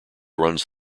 runs